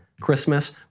Christmas